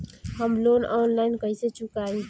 हम loan online कइसे चुकाई?